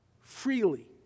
freely